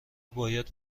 باید